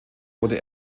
wurde